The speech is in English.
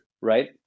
right